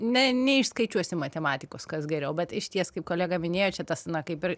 ne neišskaičiuosi matematikos kas geriau bet išties kaip kolega minėjo čia tas na kaip ir